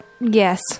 Yes